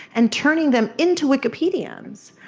and turning them into wikipedians,